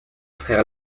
frères